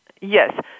Yes